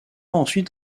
ensuite